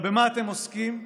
אבל במה אתם עוסקים?